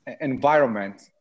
environment